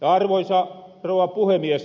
arvoisa rouva puhemies